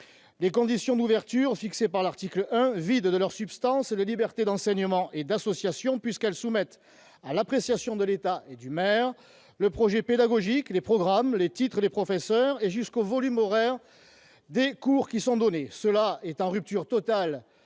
Les conditions d'ouverture fixées par l'article 1 vident de leur substance les libertés d'enseignement et d'association, puisqu'elles conduisent à soumette à l'appréciation de l'État et du maire le projet pédagogique, les programmes, les titres des professeurs et jusqu'au volume horaire des cours qui sont dispensés. Une telle évolution est en rupture totale